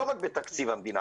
לא רק בתקציב המדינה.